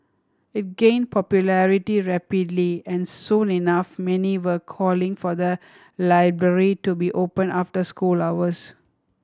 it gained popularity rapidly and soon enough many were calling for the library to be opened after school hours